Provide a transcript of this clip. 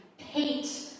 paint